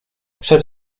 przed